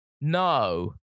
No